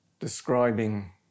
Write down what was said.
describing